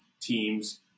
teams